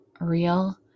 real